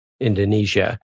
Indonesia